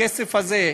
והכסף הזה,